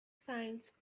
signs